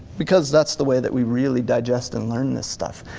because that's the way that we really digest and learn this stuff.